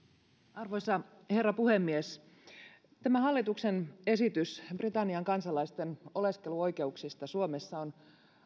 arvoisa herra puhemies tämä hallituksen esitys britannian kansalaisten oleskeluoikeuksista suomessa on